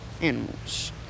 animals